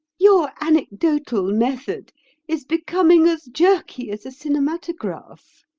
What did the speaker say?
your anecdotal method is becoming as jerky as a cinematograph.